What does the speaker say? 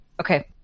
Okay